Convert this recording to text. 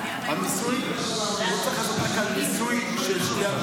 לא צריך לעשות רק על מיסוי של שתייה,